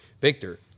Victor